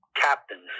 captains